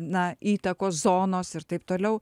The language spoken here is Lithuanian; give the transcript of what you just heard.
na įtakos zonos ir taip toliau